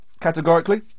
Categorically